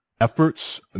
efforts